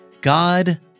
God